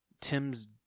Tim's